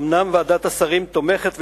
אומנם ועדת השרים תומכת,